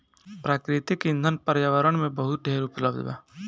प्राकृतिक ईंधन पर्यावरण में बहुत ढेर उपलब्ध बा